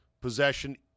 possession